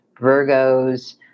Virgo's